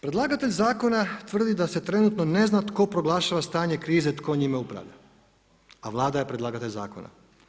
Predlagatelj zakona tvrdi da se trenutno ne zna tko proglašava stanje krize, tko njime upravlja, a Vlada je predlagatelj zakona.